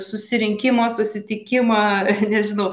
susirinkimą susitikimą nežinau